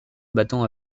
battant